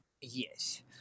Yes